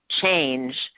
change